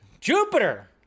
Jupiter